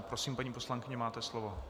Prosím, paní poslankyně, máte slovo.